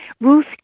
Ruth